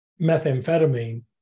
methamphetamine